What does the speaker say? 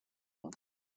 one